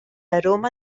aroma